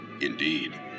indeed